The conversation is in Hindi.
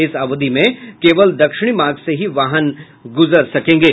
इस अवधि में केवल दक्षिण मार्ग से ही वाहन गुजर सकेंगे